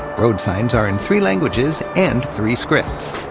road signs are in three languages and three scripts.